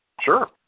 Sure